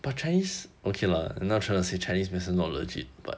but chinese okay lah not trying to say chinese medicine not legit but